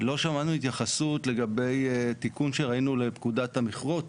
לא שמענו התייחסות לגבי תיקון שראינו לפקודת המכרות.